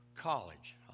college